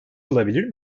olabilir